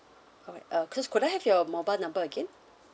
alright uh cause could I have your mobile number again